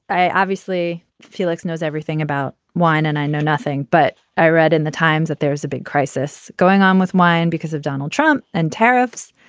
i obviously felix knows everything about wine and i know nothing. but i read in the times that there is a big crisis going on with mine because of donald trump and tariffs.